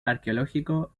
arqueológico